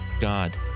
God